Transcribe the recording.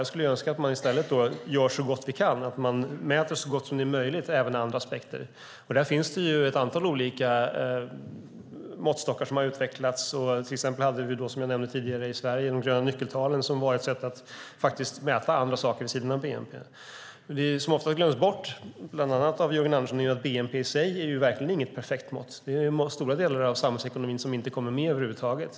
Jag skulle önska att vi i stället gör så gott vi kan och mäter även andra aspekter så gott som det är möjligt. Det har utvecklats ett antal olika måttstockar. Till exempel hade vi i Sverige, som jag nämnde tidigare, de gröna nyckeltalen som var ett sätt att faktiskt mäta andra saker vid sidan av bnp. Det som ofta glöms bort, bland annat av Jörgen Andersson, är att bnp i sig verkligen inte är ett perfekt mått. Stora delar av samhällsekonomin kommer inte med över huvud taget.